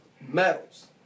medals